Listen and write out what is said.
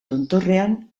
tontorrean